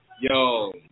yo